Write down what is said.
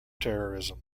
terrorism